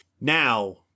Now